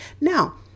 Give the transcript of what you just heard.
Now